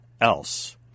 else